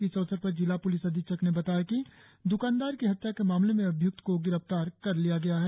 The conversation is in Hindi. इस अवसर पर जिला प्लिस अधीक्षक ने बताया कि द्कानदार की हत्या के मामले में अभिय्क्त को गिरफ्तार कर लिया गया है